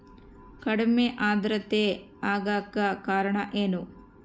ಕಡಿಮೆ ಆಂದ್ರತೆ ಆಗಕ ಕಾರಣ ಏನು?